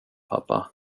pappa